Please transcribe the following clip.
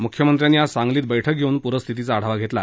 मुख्यमंत्र्यांनी आज सांगलीत बैठक घेऊन पुरस्थितीचा आढावा घेतला